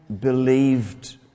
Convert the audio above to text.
believed